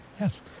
Yes